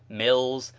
mills,